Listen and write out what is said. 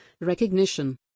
Recognition